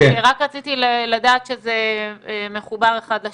אוקיי, רק רציתי לדעת שזה מחובר אחד לשני.